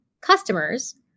customers